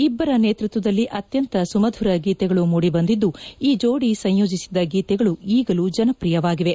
ಇಬ್ಬರ ನೇತೃತ್ವದಲ್ಲಿ ಅತ್ಯಂತ ಸುಮಧುರ ಗೀತೆಗಳು ಮೂಡಿಬಂದಿದ್ದು ಈ ಜೋಡಿ ಸಂಯೋಜಿಸಿದ್ದ ಗೀತೆಗಳು ಈಗಲೂ ಜನಪ್ರಿಯವಾಗಿವೆ